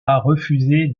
refuser